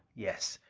yes.